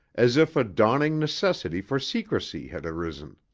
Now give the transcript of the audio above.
as if a dawning necessity for secrecy had arisen.